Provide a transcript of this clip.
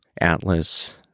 Atlas